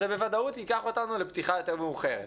אז זה בוודאות ייקח אותנו לפתיחה יותר מאוחרת.